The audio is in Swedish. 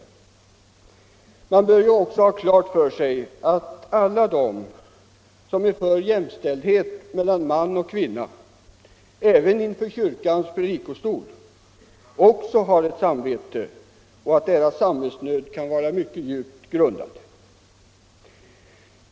Vi bör ha klart för oss att alla de som är för jämställdhet mellan kvinna och man, även inför kyrkans talarstol, också har ett samvete och att deras samvetsnöd kan vara djupt grundad.